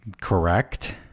Correct